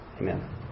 Amen